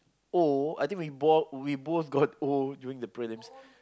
O I think we both we both got O during the prelims